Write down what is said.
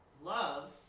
Love